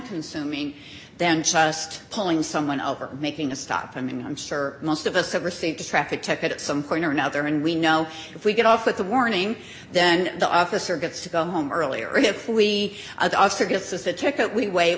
consuming then chest pulling someone over making a stop and i'm sure most of us have received a traffic ticket at some point or another and we know if we get off with a warning then the officer gets to go home early or if we